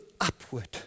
upward